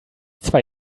zwei